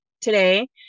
today